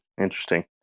Interesting